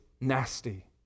nasty